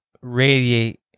radiate